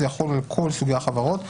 זה יחול על כל סוגי החברות,